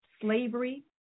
slavery